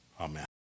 amen